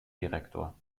direktor